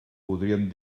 podríem